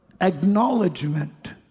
acknowledgement